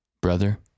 Brother